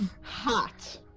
Hot